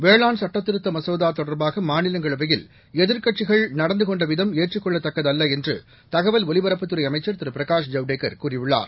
வேளாண் சட்டத்திருத்த மசோதா தொடா்பாக மாநிலங்களவையில் எதிா்க்கட்சிகள் நடந்து கொண்ட விதம் ஏற்றுக்கொள்ளத் தக்கதல்ல என்று தகவல் ஒலிபரப்புத்துறை அமைச்சர் திரு பிரகாஷ் ஜவடேக்கர் கூறியுள்ளார்